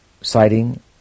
citing